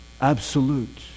absolute